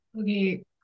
Okay